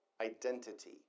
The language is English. identity